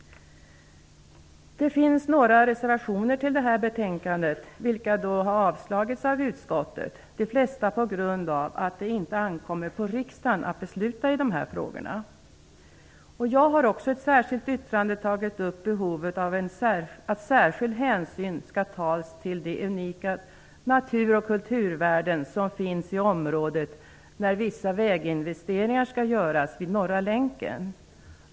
Det finns några reservationer som är fogade till betänkandet. De har avstyrkts av utskottet, de flesta på grund av att det inte ankommer på riksdagen att besluta i dessa frågor. Jag har också i ett särskilt yttrande tagit upp behovet av att särskild hänsyn tas till de unika naturoch kulturvärden som finns i området när vissa väginvesteringar skall göras vid Norra länken.